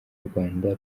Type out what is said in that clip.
rwanda